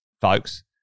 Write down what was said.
folks